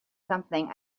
something